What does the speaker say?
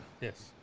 Yes